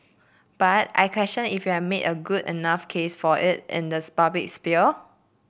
but I question if you've made a good enough case for it in the public sphere